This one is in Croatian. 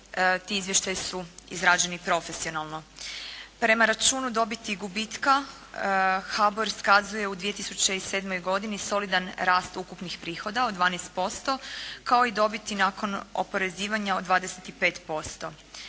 ti izvještaji su izrađeni profesionalno. Prema računu dobiti i gubitka HABOR iskazuje u 2007. godini solidan rast ukupnih prihoda od 12% kao i dobiti nakon oporezivanja od 25%.